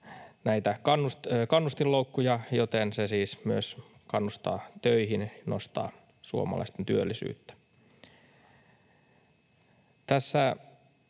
kannustinloukkuja, jolloin se siis kannustaa töihin, nostaa suomalaisten työllisyyttä. Tässä